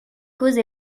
cause